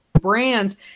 Brands